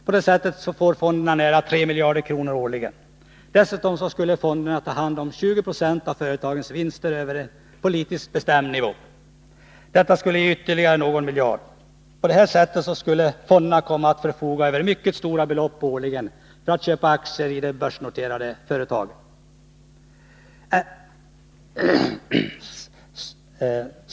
På detta sätt får fonderna nära 3 miljarder kronor årligen. Dessutom skall fonderna ta hand om 20 96 av företagens vinster över en politiskt bestämd nivå. Detta skulle ge ytterligare någon miljard. På detta sätt skulle fonderna komma att förfoga över mycket stora belopp årligen för att köpa aktier i börsnoterade företagen.